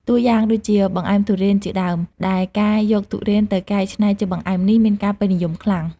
តួយ៉ាងដូចជា បង្អែមទុរេន ជាដើម ដែលការយកទុរេនទៅកែច្នៃជាបង្អែមនេះ មានការពេញនិយមខ្លាំង។